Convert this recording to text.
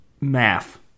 Math